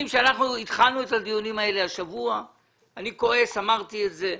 אני מציע,